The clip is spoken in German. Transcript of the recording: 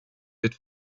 wird